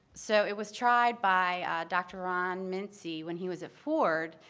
so it was tried by dr. ron mincy when he was at ford.